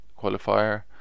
qualifier